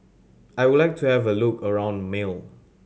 I would like to have a look around Male